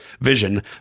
vision